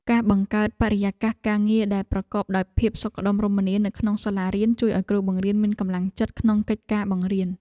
ការបង្កើតបរិយាកាសការងារដែលប្រកបដោយភាពសុខដុមរមនានៅក្នុងសាលារៀនជួយឱ្យគ្រូបង្រៀនមានកម្លាំងចិត្តក្នុងកិច្ចការបង្រៀន។